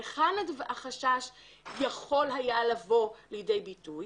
היכן החשש יכול היה לבוא לידי ביטוי?